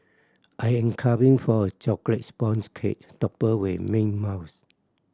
I am craving for a chocolate sponge cake topped with mint mousse